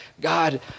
God